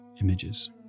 images